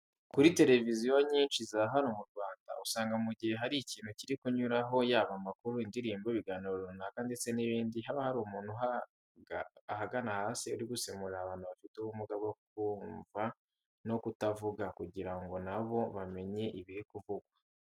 Kuri televiziyo nyinshi za hano mu Rwanda usanga mu gihe hari ikintu kiri kunyuraho yaba amakuru, indirimbo, ibiganiro runaka ndetse n'ibindi, haba hari umuntu ahagana hasi uri gusemurira abantu bafite ubumuga bwo kumva no kutavuga kugira ngo na bo bamenye ibiri kuvugwa.